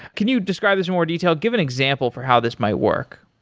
can you describe this in more detail? give an example for how this might work.